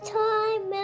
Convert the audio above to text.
time